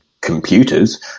computers